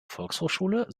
volkshochschule